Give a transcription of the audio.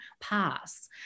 pass